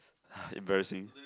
!ha! embarrassing